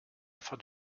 afin